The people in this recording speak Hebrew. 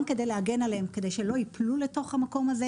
גם כדי להגן עליהם, כדי שלא יפלו לתוך המקום הזה.